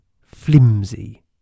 flimsy